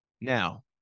Now